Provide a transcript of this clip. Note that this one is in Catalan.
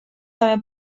també